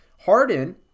Harden